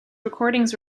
recordings